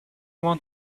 want